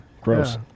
gross